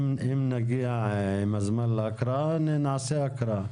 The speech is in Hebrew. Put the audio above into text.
אם נגיע לזמן ההקראה נעשה הקראה.